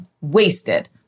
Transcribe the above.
wasted